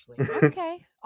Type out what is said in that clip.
Okay